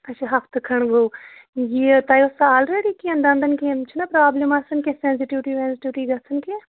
اَچھا ہفتہٕ کھنٛڈ گوٚو یہِ تۄہہِ اوسوا آلریڈی کیٚنٛہہ دَنٛدَن کیٚمۍ یِم چھِنا پرٛابلِم آسان کیٚنٛہہ سیٚنٛزِٹِیٛوٗٹی وٮ۪نٛزِٹِیٛوٗٹی گژھان کیٚنٛہہ